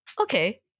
okay